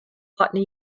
partner